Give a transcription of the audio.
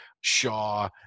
Shaw